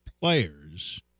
players